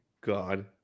God